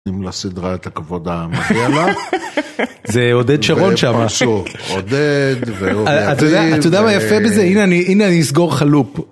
נותנים לסדרה את הכבוד המגיע לה. זה עודד שרון שם. עודד ו ... אתה יודע מה יפה בזה? הנה, אני אסגור לך Loop